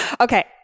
Okay